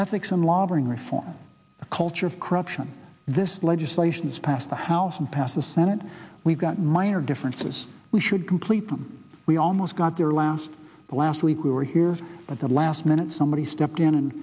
a culture of corruption this legislation is passed the house and pass the senate we've got minor differences we should complete them we almost got there last the last week we were here but the last minute somebody stepped in and